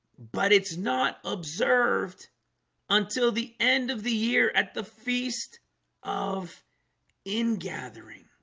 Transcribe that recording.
but it's not observed until the end of the year at the feast of in gathering